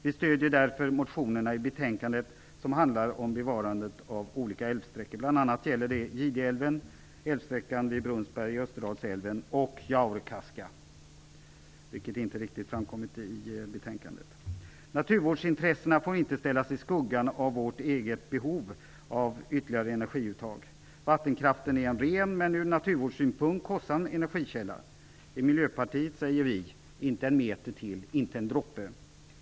Vi stöder därför motionerna i betänkandet som handlar om bevarandet av olika älvsträckor. Bl.a. gäller det Gideälven, älvsträckan vid Brunnsberg i Österdalsälven och Jaurekaska, vilket inte riktigt framkommit i betänkandet. Naturvårdsintressena får inte ställas i skuggan av vårt eget behov av ytterligare energiuttag. Vattenktraften är en ren men ur naturvårdssynpunkt kostsam energikälla. I Miljöpartiet säger vi: Inte en meter till, inte en droppe.